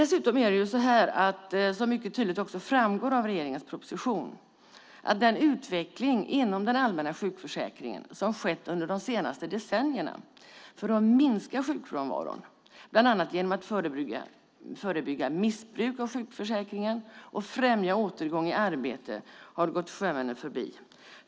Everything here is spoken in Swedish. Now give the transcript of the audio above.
Som mycket tydligt framgår av regeringens proposition har den utveckling som skett under de senaste decennierna för att minska sjukfrånvaron, bland annat för att förebygga missbruk av sjukförsäkringen och främja återgång i arbete gått sjömännen förbi.